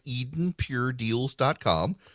EdenPureDeals.com